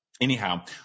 Anyhow